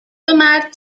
مرد